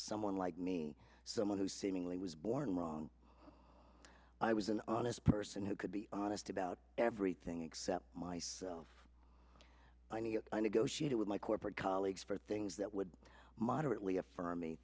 someone like me someone who seemingly was born wrong i was an honest person who could be honest about everything except myself i needed a negotiated with my corporate colleagues for things that would moderately